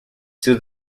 sue